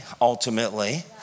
ultimately